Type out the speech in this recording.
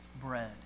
bread